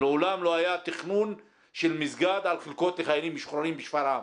ולעולם לא היה תכנון של מסגד על חלקות לחיילים משוחררים בשפרעם,